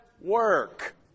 work